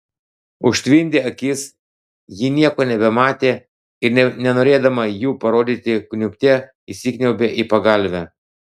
užtvindė akis ji nieko nebematė ir nenorėdama jų parodyti kniubte įsikniaubė į pagalvę